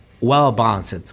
well-balanced